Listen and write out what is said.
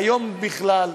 והיום, בכלל,